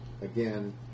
again